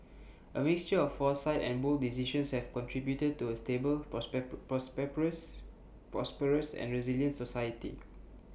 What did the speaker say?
A mixture of foresight and bold decisions have contributed to A stable prosperous and resilient society